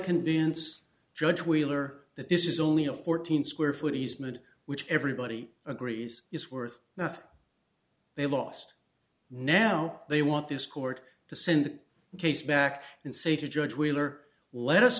convince judge wheeler that this is only a fourteen square foot easement which everybody agrees is worth nothing they lost now they want this court to send the case back and say to judge wheeler let us